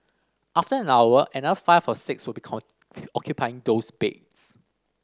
after an hour another five or six will be occupying those beds